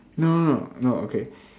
no no no no okay